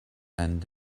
end